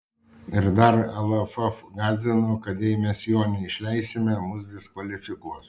ir dar lff gąsdino kad jei mes jo neišleisime mus diskvalifikuos